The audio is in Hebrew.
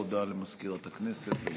הודעה למזכירת הכנסת.